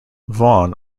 vaughn